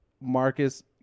Marcus